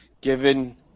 given